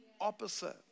opposite